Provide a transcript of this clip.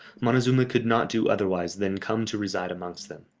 montezuma could not do otherwise than come to reside amongst them.